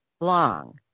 long